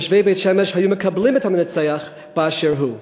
תושבי בית-שמש היו מקבלים את המנצח באשר הוא,